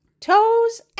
Toes